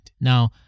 Now